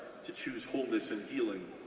to choose wholeness and healing.